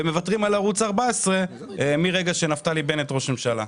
ומוותרים עליו מרגע שנפתלי בנט הוא ראש ממשלה.